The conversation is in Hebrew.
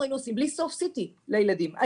CT לילדים בלי סוף.